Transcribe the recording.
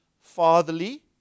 fatherly